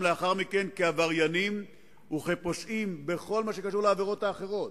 לאחר מכן כעבריינים ופושעים בכל מה שקשור לעבירות אחרות: